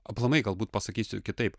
aplamai galbūt pasakysiu kitaip